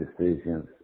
decisions